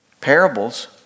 parables